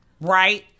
right